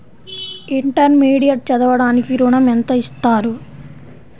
Intermediate చదవడానికి ఋణం ఎంత ఇస్తారు?